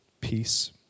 peace